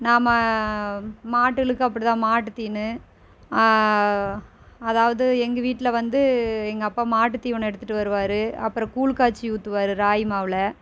நாம் மாடுகளுக்கு அப்படிதான் மாட்டுதீவனம் அதாவது எங்கள் வீட்டில் வந்து எங்கள் அப்பா மாட்டு தீவனம் எடுத்துகிட்டு வருவார் அப்பறம் கூழ் காய்ச்சி ஊத்துவார் ராகி மாவில்